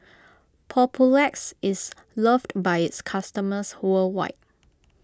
Papulex is loved by its customers worldwide